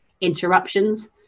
interruptions